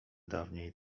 dawniej